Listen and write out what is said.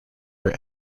are